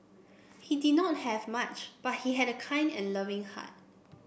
he did not have much but he had a kind and loving heart